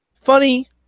Funny